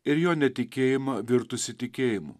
ir jo netikėjimą virtusį tikėjimu